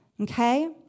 Okay